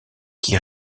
qui